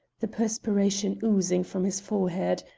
the perspiration oozing from his forehead.